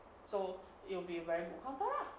so it'll be very good counter lah